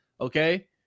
okay